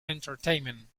entertainment